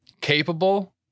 capable